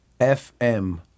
FM